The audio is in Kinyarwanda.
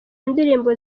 ndirimbo